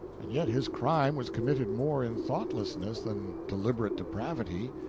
and yet his crime was committed more in thoughtlessness than deliberate depravity.